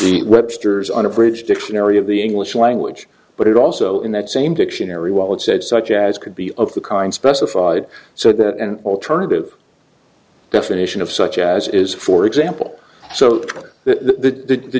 d webster's unabridged dictionary of the english language but it also in that same dictionary while it said such as could be of the kind specified so that an alternative definition of such as is for example so that the